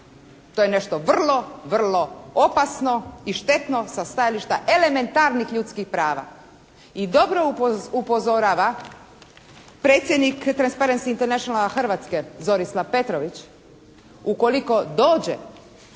To je nešto vrlo, vrlo opasno i štetno sa stajališta elementarnih ljudskih prava i dobro upozorava predsjednik “Transparence Internationala“ Hrvatske Zorislav Petrović ukoliko dođe